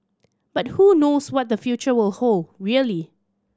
but who knows what the future will hold really